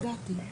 בבקשה.